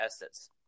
assets